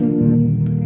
old